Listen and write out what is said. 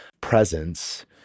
presence